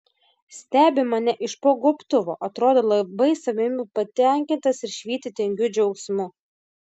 stebi mane iš po gobtuvo atrodo labai savimi patenkintas ir švyti tingiu džiaugsmu